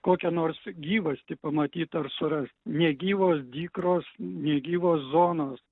kokią nors gyvastį pamatyt ar surast negyvos dykros negyvos zonos